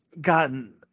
gotten